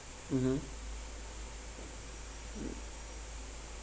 mmhmm